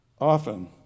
Often